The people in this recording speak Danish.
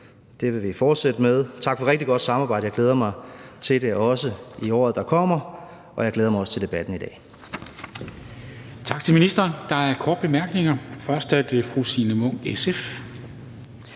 det vil vi fortsætte med. Tak for et rigtig godt samarbejde. Jeg glæder mig også til det i året, der kommer, og jeg glæder mig også til debatten i dag.